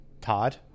Todd